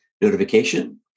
notification